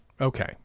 Okay